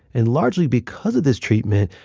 and largely because of this treatment,